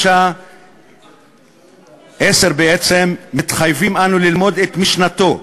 10. מתחייבים אנו ללמוד את משנתו,